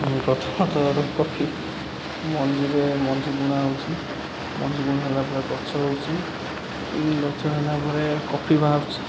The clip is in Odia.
ପ୍ରଥମତଃ କଫି ମଞ୍ଜିରେ ମଞ୍ଜି ବୁଣା ହେଉଛି ମଞ୍ଜି ବୁଣା ହେଲା ପରେ ଗଛ ହେଉଛି ଗଛ ହେଲା ପରେ କଫି ବାହାରୁୁଛି